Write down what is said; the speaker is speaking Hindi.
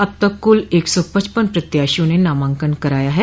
अब तक कूल एक सौ पचपन प्रत्याशियों ने नामांकन कराया है